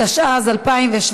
התשע"ז 2017,